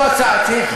זו הצעתי.